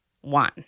One